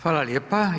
Hvala lijepa.